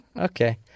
Okay